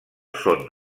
són